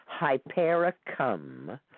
Hypericum